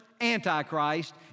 antichrist